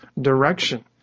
direction